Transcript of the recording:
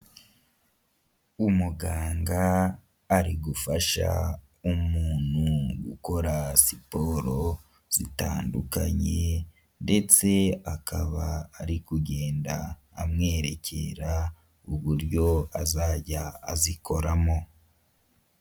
Umuganga ari gufasha umuntu gukora siporo zitandukanye ndetse akaba ari kugenda amwerekera uburyo azajya azikoramo.